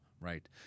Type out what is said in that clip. right